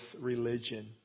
religion